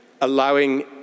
allowing